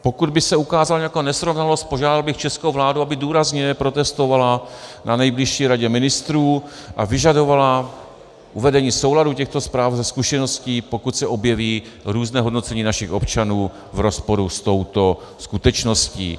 Pokud by se ukázala nějaká nesrovnalost, požádal bych českou vládu, aby důrazně protestovala na nejbližší Radě ministrů a vyžadovala uvedení do souladu těchto zpráv se zkušeností, pokud se objeví různé hodnocení našich občanů v rozporu s touto skutečností.